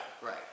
Right